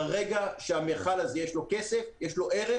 ברגע שלמכל הזה יש כסף יש לו ערך,